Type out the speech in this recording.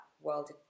world